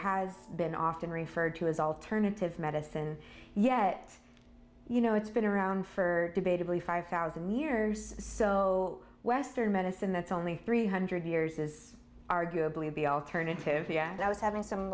has been often referred to as alternative medicine yet you know it's been around for debatably five thousand years so western medicine that's only three hundred years is arguably be alternative yeah i was having some